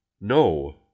no